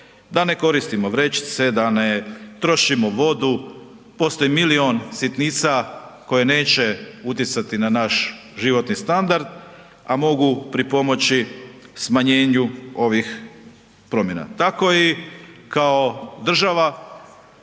da ne koristimo vrećice, da ne trošimo vodu, postoji milion sitnica koje neće utjecati na naš životni standard, a mogu pripomoći smanjenju ovih promjena. Tako i kao država